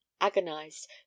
agonized